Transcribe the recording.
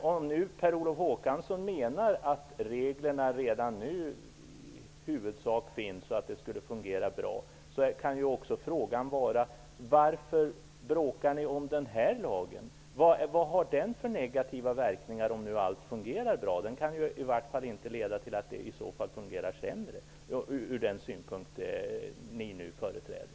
Om Per Olof Håkansson menar att reglerna i huvudsak finns redan nu och att de skulle vara bra, blir frågan varför ni bråkar om den här lagen. Vad har den för negativa verkningar, om allt fungerar bra? Den kan i så fall inte leda till att det skulle fungera sämre ur den synvinkel som ni nu företräder.